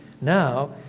now